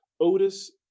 Otis